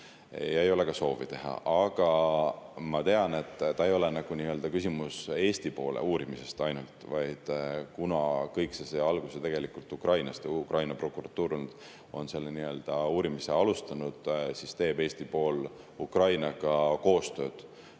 Ja ei ole ka soovi teha. Aga ma tean, et küsimus ei ole ainult Eesti poole uurimises. Kuna kõik see sai alguse tegelikult Ukrainast ja Ukraina prokuratuur on selle uurimise alustanud, siis teeb Eesti pool Ukrainaga koostööd.